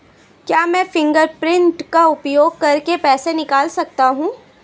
क्या मैं फ़िंगरप्रिंट का उपयोग करके पैसे निकाल सकता हूँ?